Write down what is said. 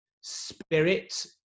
spirit